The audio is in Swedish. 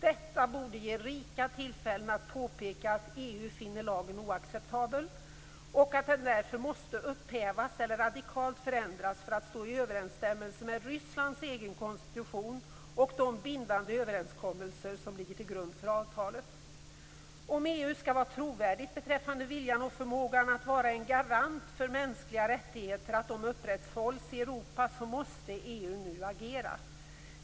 Detta borde ge rikligt med tillfällen att påpeka att EU finner lagen oacceptabel, och att den därför måste upphävas eller radikalt förändras för att stå i överensstämmelse med Rysslands egen konstitution och med de bindande överenskommelser som ligger till grund för avtalet. Om EU skall vara trovärdigt beträffande viljan och förmågan att vara en garant för upprätthållandet av mänskliga rättigheter i Europa måste EU agera nu.